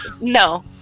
No